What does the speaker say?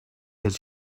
his